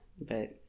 but-